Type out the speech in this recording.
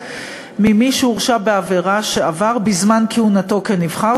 ממי שהורשע בעבירה שעבר בזמן כהונתו כנבחר,